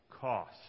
cost